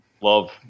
Love